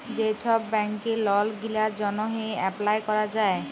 যে ছব ব্যাংকে লল গিলার জ্যনহে এপ্লায় ক্যরা যায়